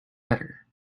better